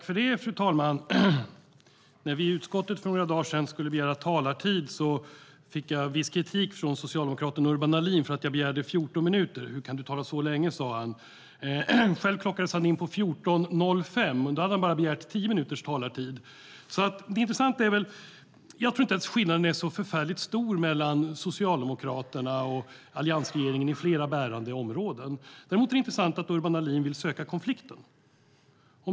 Fru talman! När vi i utskottet för några dagar sedan skulle begära talartid fick jag viss kritik från socialdemokraten Urban Ahlin för att jag begärde 14 minuter. Han sade: Hur kan du tala så länge? Själv klockades han in på 14:05, och då hade han begärt bara 10 minuters talartid. Jag tror inte att skillnaden är så stor mellan Socialdemokraterna och alliansregeringen på flera bärande områden. Däremot är det intressant att Urban Ahlin vill söka konflikten.